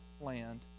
land